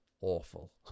awful